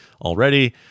already